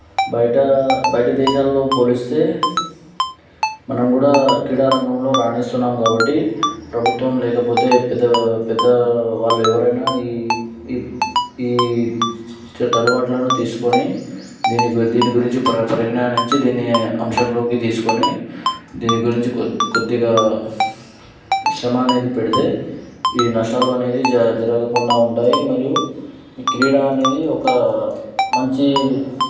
బయట బయట దేశాల్లో పోలిస్తే మనం కూడా క్రీడారంగంలో రానిస్తున్నాం కాబట్టి ప్రభుత్వం లేకపోతే పెద్ద పెద్ద వాళ్ళు ఎవరైనా ఈ ఈ ఈ తడబాటులను తీసుకొని దీని గురించి దీని గురించి పరిజ్ఞానించి దీన్ని అంశంలోకి తీసుకొని దీని గురించి కొద్ది కొద్దిగా శ్రమా అనేది పెడితే ఈ నష్టాలు అనేది జ జరగకుండా ఉంటాయి మరియు ఈ క్రీడా అనేది ఒక మంచి